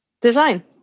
design